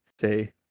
say